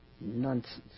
Nonsense